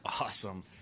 awesome